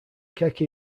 keke